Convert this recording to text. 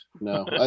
No